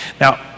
Now